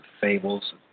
fables